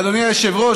אדוני היושב-ראש,